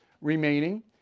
remaining